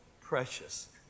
precious